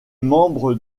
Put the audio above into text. membre